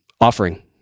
offering